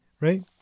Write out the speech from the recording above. right